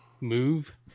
move